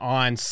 on